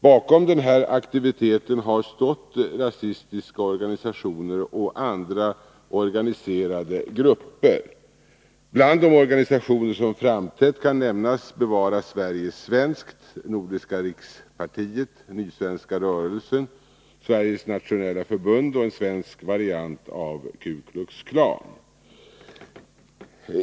Bakom denna aktivitet har stått rasistiska organisationer och andra organiserade grupper. Bland de organisationer som framträtt kan nämnas Bevara Sverige svenskt, Nordiska rikspartiet, Nysvenska rörelsen, Sveriges nationella förbund och en svenskt variant av Ku Klux Klan.